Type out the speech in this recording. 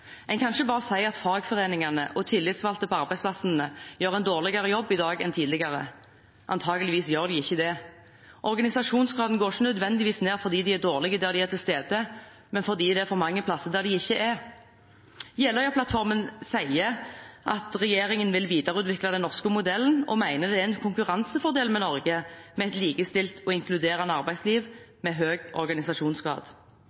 en dårligere jobb i dag enn tidligere. Antagelig gjør de ikke det. Organisasjonsgraden går ikke nødvendigvis ned fordi de er dårlige der de er til stede, men fordi det er for mange plasser de ikke er. Jeløya-plattformen sier at regjeringen vil videreutvikle den norske modellen og mener det er en konkurransefordel for Norge å ha et likestilt og inkluderende